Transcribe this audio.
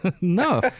No